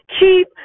keep